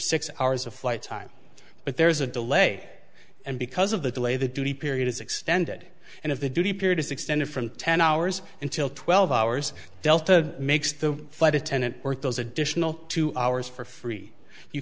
six hours of flight time but there is a delay and because of the delay the duty period is extended and if the duty period is extended from ten hours until twelve hours delta makes the flight attendant work those additional two hours for free you